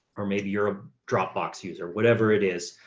or maybe you're a dropbox user, whatever it is.